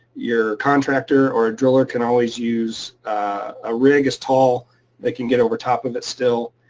your contractor or a driller can always use a rig as tall that can get over top of it still.